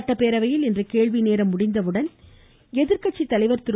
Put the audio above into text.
சட்டப்பேரவையில் இன்று கேள்வி நேரம் முடிந்தவுடன் எதிர்கட்சித்தலைவர் திரு